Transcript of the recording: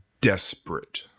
Desperate